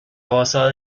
basada